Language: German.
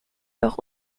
doch